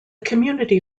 community